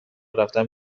رفتن